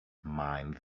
mind